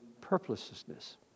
purposelessness